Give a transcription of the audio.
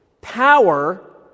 power